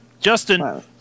justin